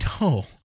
no